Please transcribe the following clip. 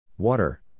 Water